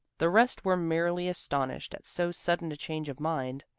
the rest were merely astonished at so sudden a change of mind.